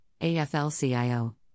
AFL-CIO